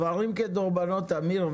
דברים כדורבנות אמיר,